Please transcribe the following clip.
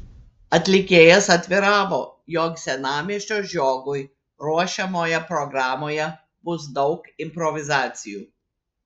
atlikėjas atviravo jog senamiesčio žiogui ruošiamoje programoje bus daug improvizacijų